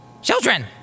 Children